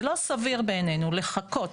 זה לא סביר בעינינו לחכות,